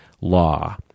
law